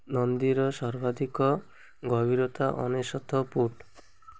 ନଦୀର ସର୍ବାଧିକ ଗଭୀରତା ଅନେଶ୍ୱତ ଫୁଟ